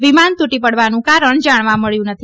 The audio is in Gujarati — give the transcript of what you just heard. વિમાન તૂટી પડવાનું કારણ જાણવા મળ્યુ નથી